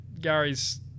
Gary's